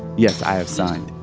yes, i have signed.